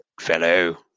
fellow